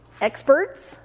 experts